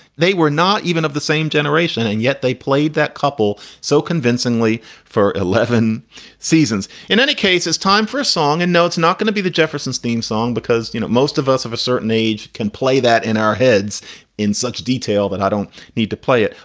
they were not even of the same generation. and yet they played that couple so convincingly for eleven seasons. in any case, it's time for a song. and now it's not going to be the jeffersons theme song because, you know, most of us of a certain age can play that in our heads in such detail that i don't need to play it.